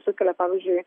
sukelia pavyzdžiui